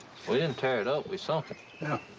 we didn't tear it up. we sunk it. yeah,